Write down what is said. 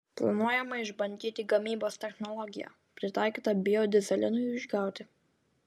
planuojama išbandyti gamybos technologiją pritaikytą biodyzelinui išgauti